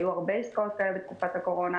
היו הרבה עסקאות כאלה שהתבטלו בתקופת הקורונה